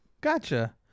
Gotcha